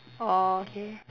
orh okay